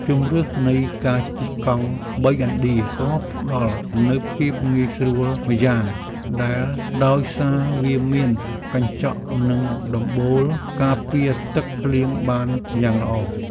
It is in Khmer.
ជម្រើសនៃការជិះកង់បីឥណ្ឌាក៏ផ្តល់នូវភាពងាយស្រួលម្យ៉ាងដែរដោយសារវាមានកញ្ចក់និងដំបូលការពារទឹកភ្លៀងបានយ៉ាងល្អ។